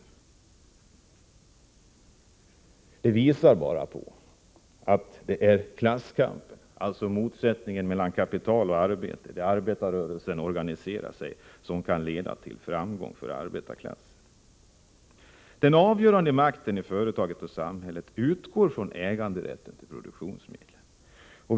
Det här visar bara att det är klasskampen, alltså motsättningen mellan kapital och arbete samt det faktum att arbetarrörelsen organiserar sig, som kan leda till framgång för arbetarklassen. Den avgörande makten i företaget och samhället utgår från äganderätten 17 till produktionsmedlen.